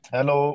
Hello